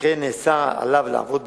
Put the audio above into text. שכן נאסר עליו לעבוד בישראל.